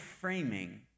framing